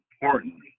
importantly